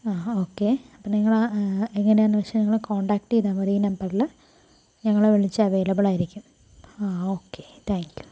ആ ഓക്കെ അപ്പോൾ നിങ്ങൾ ആ എങ്ങനെയാണെന്ന് വെച്ചാൽ നിങ്ങള് കോണ്ടാക്ട് ചെയ്താൽ മതി ഈ നമ്പറിൽ ഞങ്ങളെ വിളിച്ചാൽ അവൈലബിളായിരിക്കും ആ ഓക്കെ താങ്ക് യു